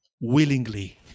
willingly